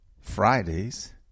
Fridays